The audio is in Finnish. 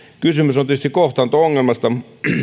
kysymys on tietysti kohtaanto ongelmasta